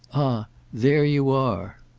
ah there you are!